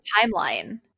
timeline